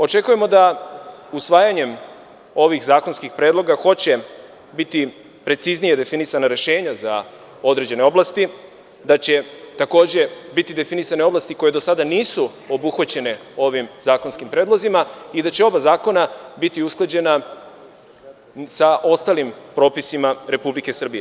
Očekujemo da će usvajanjem ovih zakonskih predloga biti preciznije definisana rešenja za određene oblasti, da će takođe biti definisane oblasti koje do sada nisu obuhvaćene ovim zakonskim predlozima i da će oba zakona biti usklađena sa ostalim propisima Republike Srbije.